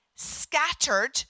Scattered